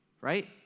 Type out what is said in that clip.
right